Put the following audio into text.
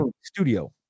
studio